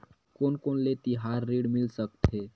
कोन कोन ले तिहार ऋण मिल सकथे?